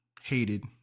hated